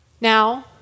Now